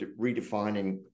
redefining